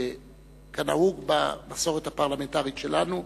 כנהוג במסורת הפרלמנטרית שלנו.